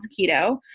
keto